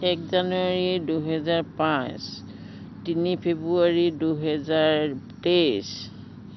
এক জানুৱাৰী দুহেজাৰ পাঁচ তিনি ফেব্ৰুৱাৰী দুহেজাৰ তেইছ